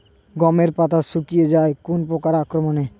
গমের পাতা শুকিয়ে যায় কোন পোকার আক্রমনে?